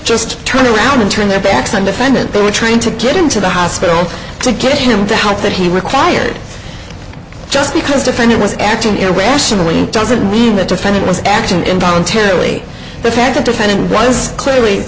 just turn around and turn their backs on defendant they were trying to get him to the hospital to get him to help that he required just because different he was acting irrationally doesn't mean the defendant was acting in voluntarily the fact the defendant was clearly